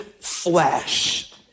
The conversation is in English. flesh